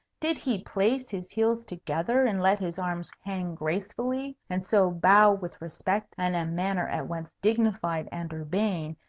did he place his heels together, and let his arms hang gracefully, and so bow with respect and a manner at once dignified and urbane,